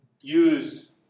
use